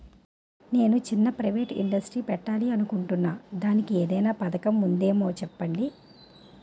నేను చిన్న private industry పెట్టాలి అనుకుంటున్నా దానికి ఏదైనా పథకం ఉందేమో చెప్పండి?